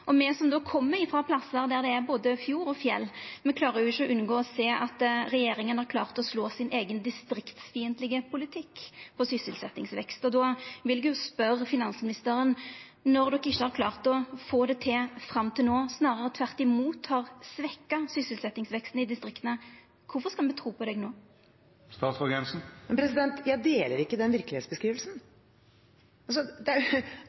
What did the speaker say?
Me som kjem frå plassar der det er både fjord og fjell, klarer ikkje å unngå å sjå at regjeringa har klart å slå sin eigen distriktsfiendtlege politikk på sysselsetjingvekst. Eg vil spørja finansministeren: Når de ikkje har klart å få det til fram til no, men snarare tvert imot har svekt sysselsetjingsveksten i distrikta, kvifor skal me tru på dykk no? Jeg deler ikke den virkelighetsbeskrivelsen. Alle fakta vi har tilgjengelig, viser at veksten i norsk økonomi er